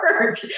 work